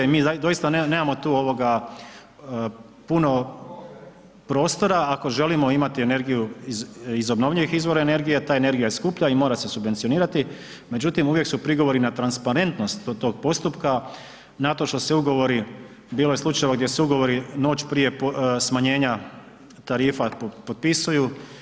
I mi doista nemamo tu puno prostora ako želimo imati energiju iz obnovljivih izvora energije, ta energija je skuplja i mora se subvencionirati, međutim uvijek su prigovori na transparentnost tog postupka na to što se ugovori, bilo je slučajeva gdje se ugovori noć prije smanjenja tarifa potpisuju.